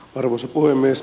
arvoisa puhemies